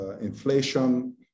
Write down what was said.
inflation